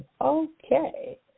Okay